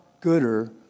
gooder